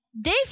Dave